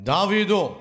Davido